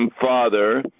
Father